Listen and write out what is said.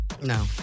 No